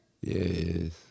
Yes